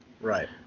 Right